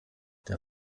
der